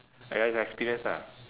!aiya! it's experience lah